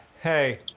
hey